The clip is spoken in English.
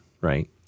Right